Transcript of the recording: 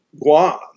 Guam